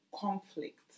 conflict